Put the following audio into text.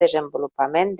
desenvolupament